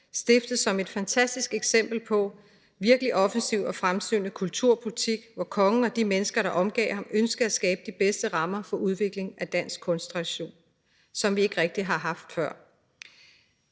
stiftet som et fantastisk eksempel på en virkelig offensiv og fremsynet kulturpolitik, hvor kongen og de mennesker, der omgav ham, ønskede at skabe de bedste rammer for udviklingen af en dansk kunsttradition, som vi ikke rigtig havde haft før.